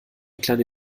kleine